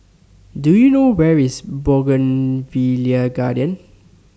Do YOU know Where IS Bougainvillea Garden